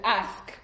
ask